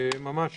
אבל ממש